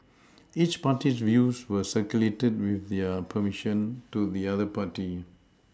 each party's views were circulated with their perMission to the other party